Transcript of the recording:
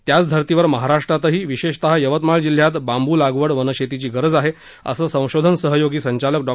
त्याच धर्तीवर महाराष्ट्रातही विशेषत यवतमाळ जिल्ह्यात बांबू लागवड वनशेतीची गरज आहेअसं संशोधन सहयोगी संचालक डॉ